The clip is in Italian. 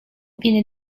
viene